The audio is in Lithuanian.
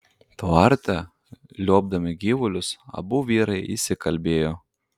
tvarte liuobdami gyvulius abu vyrai įsikalbėjo